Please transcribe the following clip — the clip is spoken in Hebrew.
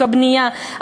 הבנייה,